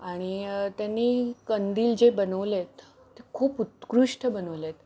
आणि त्यांनी कंदील जे बनवले आहेत ते खूप उत्कृष्ट बनवले आहेत